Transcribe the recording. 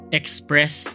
express